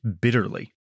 bitterly